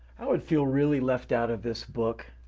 i would feel really left out of this book.